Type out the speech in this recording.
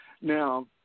Now